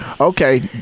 Okay